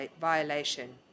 violation